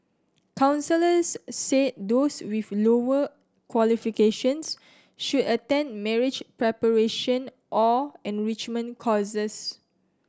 counsellors said those with lower qualifications should attend marriage preparation or enrichment courses